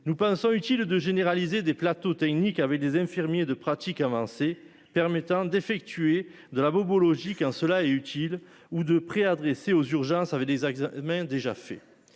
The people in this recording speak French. Nous pensons utile de généraliser des plateaux techniques avaient des infirmiers de pratique avancée permettant d'effectuer de la bobologie qu'cela est utile ou de prix adressée aux urgences avait des examens déjà fait